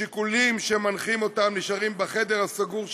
השיקולים שמנחים אותם נשארים בחדר הסגור שלהם,